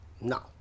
no